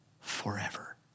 forever